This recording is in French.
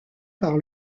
par